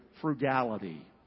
Frugality